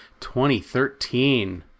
2013